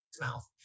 mouth